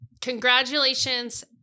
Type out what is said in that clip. Congratulations